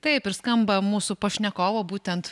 taip ir skamba mūsų pašnekovo būtent